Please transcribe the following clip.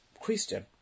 Christian